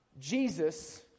Jesus